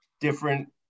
different